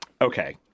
okay